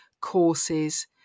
courses